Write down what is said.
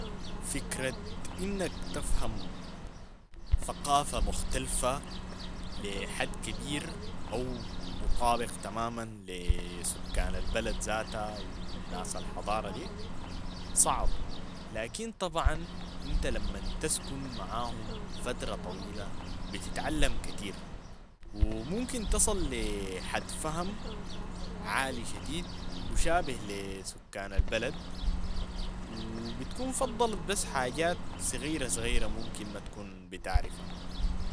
فكرة إنك تفهم ثقافة مختلفة لحد كبير أو مطابق تماماً لي سكان البلد ذاتها و ناس الحضارة دي صعب، لكن طبعاً إنت لما تسكن معاهم فترة طويلة بتتعلم كتير و ممكن تصل لحد فهم عالي شديد مشابه لي سكان البلد و بتكون فضلت بس حاجات صغيرة صغيرة ممكن ما تكون بتعرفها.